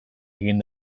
egin